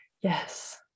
Yes